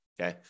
okay